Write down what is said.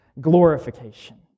glorification